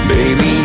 Baby